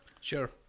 Sure